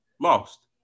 lost